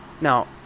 Now